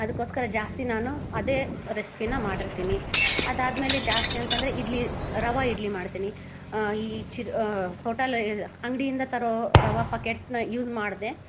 ಅದಕ್ಕೋಸ್ಕರ ಜಾಸ್ತಿ ನಾನು ಅದೇ ರೆಸ್ಪಿನ ಮಾಡಿರ್ತೀನಿ ಅದಾದಮೇಲೆ ಜಾಸ್ತಿ ಅಂತಂದರೆ ಇಡ್ಲಿ ರವೆ ಇಡ್ಲಿ ಮಾಡ್ತೀನಿ ಈ ಚಿರ್ ಹೋಟಲ್ ಅಂಗಡಿಯಿಂದ ತರೋ ರವೆ ಪಾಕೆಟ್ನ ಯೂಸ್ ಮಾಡದೆ